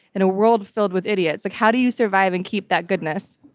in a world filled with idiots? like how do you survive and keep that goodness?